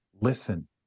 listen